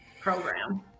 program